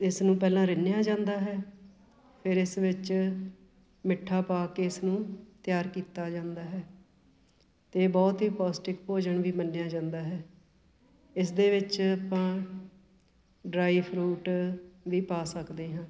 ਇਸ ਨੂੰ ਪਹਿਲਾਂ ਰਿੰਨਿਆ ਜਾਂਦਾ ਹੈ ਫਿਰ ਇਸ ਵਿੱਚ ਮਿੱਠਾ ਪਾ ਕੇ ਇਸ ਨੂੰ ਤਿਆਰ ਕੀਤਾ ਜਾਂਦਾ ਹੈ ਅਤੇ ਇਹ ਬਹੁਤ ਹੀ ਪੋਸ਼ਟਿਕ ਭੋਜਨ ਵੀ ਮੰਨਿਆ ਜਾਂਦਾ ਹੈ ਇਸਦੇ ਵਿੱਚ ਆਪਾਂ ਡਰਾਈ ਫਰੂਟ ਵੀ ਪਾ ਸਕਦੇ ਹਾਂ